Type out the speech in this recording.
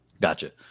gotcha